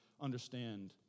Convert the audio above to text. understand